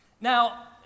Now